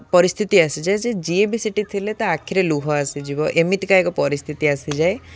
ପରିସ୍ଥିତି ଆସିଯାଏ ଯେ ଯିଏ ବି ସେଠି ଥିଲେ ତା' ଆଖିରେ ଲୁଭ ଆସିଯିବ ଏମିତିକା ଏକ ପରିସ୍ଥିତି ଆସିଯାଏ